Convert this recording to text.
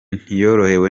ntiyorohewe